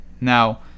Now